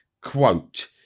quote